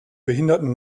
behinderten